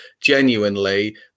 genuinely